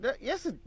Yes